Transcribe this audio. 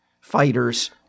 fighters